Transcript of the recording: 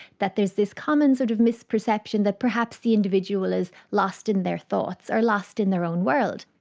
that there is this common sort of misperception that perhaps the individual is lost in their thoughts or lost in their own world.